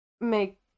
make